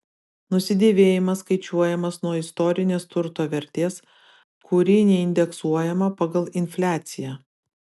nusidėvėjimas skaičiuojamas nuo istorinės turto vertės kuri neindeksuojama pagal infliaciją